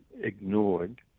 ignored